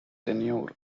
tenure